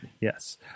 yes